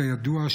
כידוע,